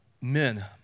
men